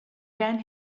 ran